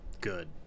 good